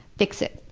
fix it.